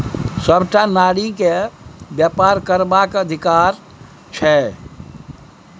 सभटा नारीकेँ बेपार करबाक अधिकार छै